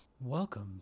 welcome